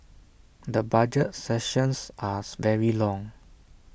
the budget sessions are very long